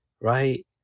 right